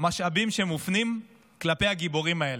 משאבים שמופנים לגיבורים האלה.